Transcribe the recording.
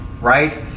right